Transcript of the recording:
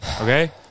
Okay